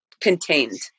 contained